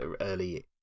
early